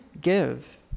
give